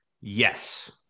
yes